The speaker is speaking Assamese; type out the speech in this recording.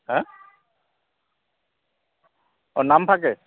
হেঁ অঁ নামফাকে